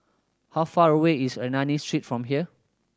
how far away is Ernani Street from here